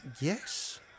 Yes